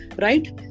right